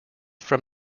from